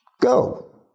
Go